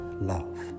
Love